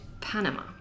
Panama